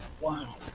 Wow